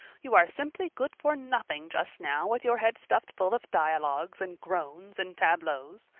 you are simply good for nothing just now with your head stuffed full of dialogues and groans and tableaus.